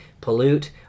pollute